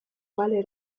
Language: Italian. quale